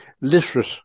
literate